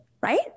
right